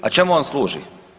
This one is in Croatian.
A čemu on služi?